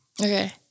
Okay